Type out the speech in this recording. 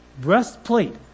breastplate